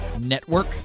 Network